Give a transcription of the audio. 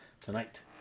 tonight